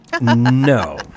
No